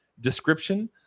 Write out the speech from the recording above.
description